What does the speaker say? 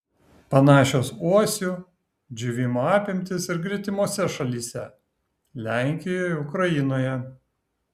panašios uosių džiūvimo apimtys ir gretimose šalyse lenkijoje ukrainoje